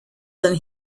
than